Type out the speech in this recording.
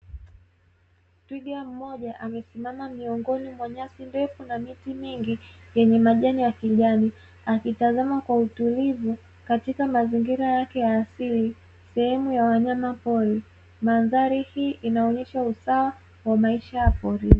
Twiga mmoja amesimama miongoni mwa nyasi ndefu na miti mingi yenye majani ya kijani, akitazama kwa utulivu katika mazingira yake ya asili sehemu ya wanyama pori. Mandhari hii inaonyesha usawa wa maisha ya porini.